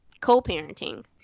Co-parenting